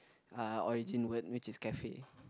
uh origin word which is cafe